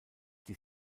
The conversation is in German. die